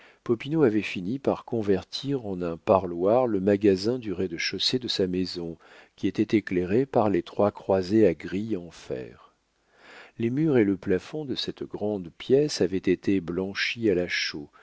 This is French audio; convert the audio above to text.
avait fini par convertir en un parloir le magasin du rez-de-chaussée de sa maison qui était éclairé par les trois croisées à grilles en fer les murs et le plafond de cette grande pièce avaient été blanchis à la chaux